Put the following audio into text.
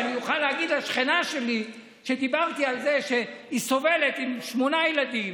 אני אוכל להגיד לשכנה שלי שדיברתי על זה שהיא סובלת עם שמונה ילדים